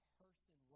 person